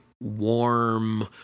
warm